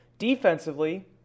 Defensively